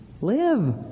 live